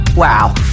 Wow